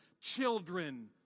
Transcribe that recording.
children